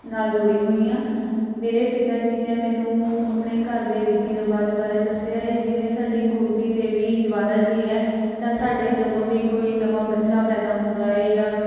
ਨਾਲ ਜੁੜੀ ਹੋਈ ਹਾਂ ਮੇਰੇ ਪਿਤਾ ਜੀ ਨੇ ਮੈਨੂੰ ਆਪਣੇ ਘਰ ਦੇ ਰੀਤੀ ਰਿਵਾਜ ਬਾਰੇ ਦੱਸਿਆ ਹੈ ਜਿਵੇਂ ਸਾਡੀ ਕੁਲ ਦੀ ਦੇਵੀ ਜਵਾਲਾ ਜੀ ਹੈ ਤਾਂ ਸਾਡੇ ਜਦੋਂ ਵੀ ਕੋਈ ਨਵਾਂ ਬੱਚਾ ਪੈਦਾ ਹੁੰਦਾ ਹੈ ਜਾਂ